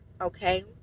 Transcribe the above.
okay